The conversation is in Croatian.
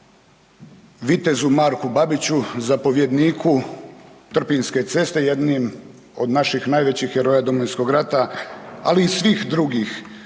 vitezu Marku Babiću, zapovjedniku Trpinjske ceste jednim od naših najvećih heroja Domovinskog rata, ali i svih drugih